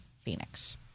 Phoenix